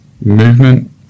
movement